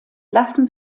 lassen